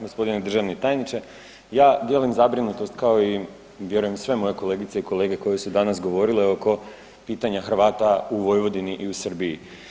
G. državni tajniče, ja dijelim zabrinutost kao i vjerujem sve moje kolegice i kolege koji su danas govorile oko pitanja Hrvata u Vojvodini i u Srbiji.